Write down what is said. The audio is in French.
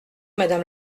madame